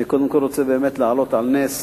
אני קודם כול רוצה להעלות על נס